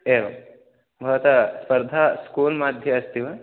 एवं भवतः स्पर्धा स्कूल् मध्ये अस्ति वा